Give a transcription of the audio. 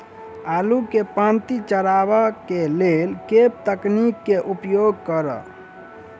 आलु केँ पांति चरावह केँ लेल केँ तकनीक केँ उपयोग करऽ?